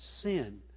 sin